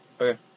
Okay